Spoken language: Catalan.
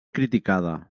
criticada